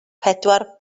pedwar